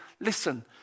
Listen